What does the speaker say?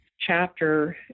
chapter